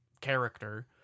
character